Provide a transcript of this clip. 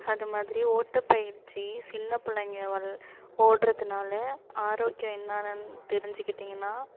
அது மாதிரி ஓட்டப்பயிற்சி சின்னப்பிள்ளைங்க வெள் ஓடுறதுனால ஆரோக்கியம் என்னென்னன்னு தெரிஞ்சிக்கிட்டிங்கன்னா